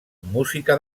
música